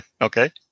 Okay